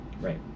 Right